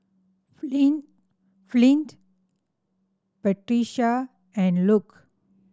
Flint Flint Patrica and Luke